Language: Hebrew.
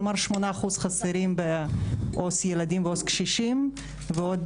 כלומר 8% חסרים בעו"ס ילדים ועו"ס קשישים, ועוד